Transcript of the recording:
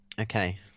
Okay